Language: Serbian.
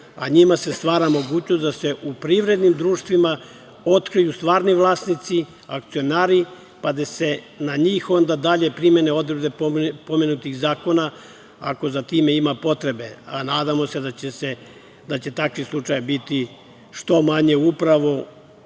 a njima se stvara mogućnost da se u privrednim društvima otkriju stvarni vlasnici, akcionari, pa da se onda na njih dalje primene odredbe pomenutih zakona, ako za time ima potrebe, a nadamo se da će takvih slučajeva biti što manje upravo